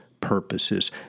purposes